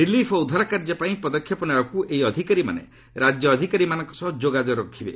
relief ଓ ଉଦ୍ଧାର କାର୍ଯ୍ୟ ପାଇଁ ପଦକ୍ଷେପ ନେବାକୁ ଏହି ଅଧିକାରୀମାନେ ରାଜ୍ୟ ଅଧିକାରୀମାନଙ୍କ ସହ ଯୋଗାଯୋଗ ରଖିବେ